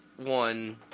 one